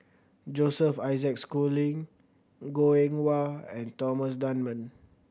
Joseph Isaac Schooling Goh Eng Wah and Thomas Dunman